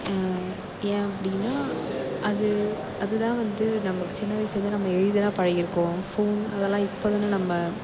ஏன் அப்படின்னா அது அது தான் வந்து நமக்கு சின்ன வயதுலேருந்து நம்ம எழுதி தான் பழகியிருக்கோம் ஃபோன் அதலாம் இப்போ தானே நம்ம